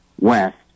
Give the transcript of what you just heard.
West